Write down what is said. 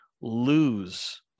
lose